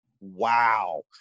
Wow